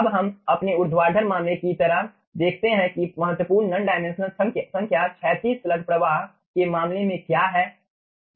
अब हम अपने ऊर्ध्वाधर मामले की तरह देखते हैं कि महत्वपूर्ण नॉन डायमेंशनल संख्या क्षैतिज स्लग प्रवाह के मामले में क्या हैं